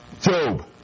Job